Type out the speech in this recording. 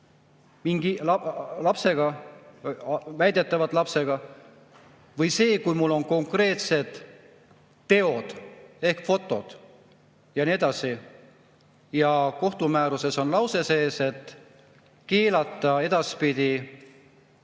mingi lapsega, väidetavalt lapsega, või see, kui mul on konkreetsed teod ehk fotod ja nii edasi ja kohtumääruses on lause, et keelatakse edaspidi